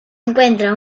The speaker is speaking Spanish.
encuentra